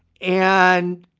and